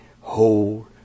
hold